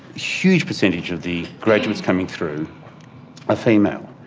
huge percentages of the graduates coming through are female.